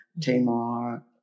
Tamar